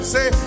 Say